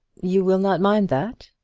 you will not mind that?